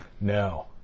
no